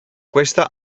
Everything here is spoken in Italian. questa